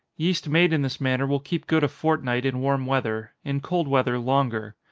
yeast made in this manner will keep good a fortnight in warm weather in cold weather longer.